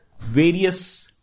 various